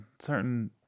certain